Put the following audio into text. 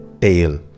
tail